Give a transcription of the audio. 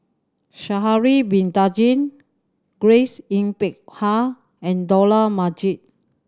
Sha'ari Bin Tadin Grace Yin Peck Ha and Dollah Majid